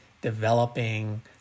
developing